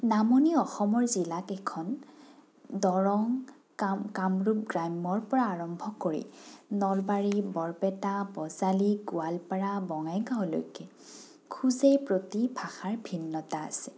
নামনি অসমৰ জিলাকেইখন দৰং কাম কামৰূপ গ্ৰাম্যৰ পৰা আৰম্ভ কৰি নলবাৰী বৰপেটা বজালী গোৱালপাৰা বঙাইগাঁওলৈকে খোজে প্ৰতি ভাষাৰ ভিন্নতা আছে